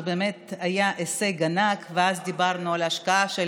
זה באמת היה הישג ענק, ואז דיברנו על השקעה של